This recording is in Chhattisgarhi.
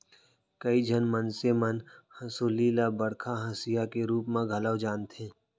कइ झन मनसे मन हंसुली ल बड़का हँसिया के रूप म घलौ जानथें